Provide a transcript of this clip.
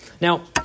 Now